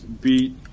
beat